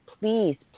please